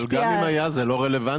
אבל גם אם היה זה לא רלוונטי.